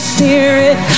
Spirit